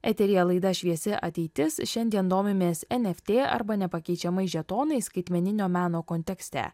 eteryje laida šviesi ateitis šiandien domimės eft arba nepakeičiamais žetonais skaitmeninio meno kontekste